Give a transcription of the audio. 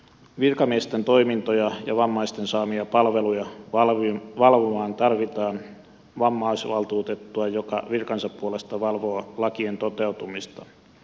virkamiesten toimintoja ja vammaisten saamia palveluja valvomaan tarvitaan vammaisvaltuutettua joka virkansa puolesta valvoo lakien toteutumista